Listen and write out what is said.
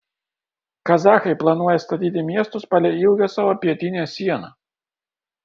kazachai planuoja statyti miestus palei ilgą savo pietinę sieną